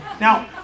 Now